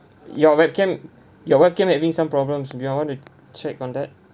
your webcam your webcam having some problems be ya want to check on that